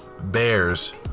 Bears